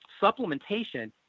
supplementation